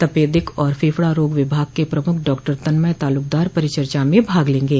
तपेदिक और फेफडा रोग विभाग के प्रमुख डॉक्टर तन्मय तालुकदार परिचर्चा में भाग लेंगे